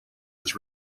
his